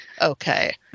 okay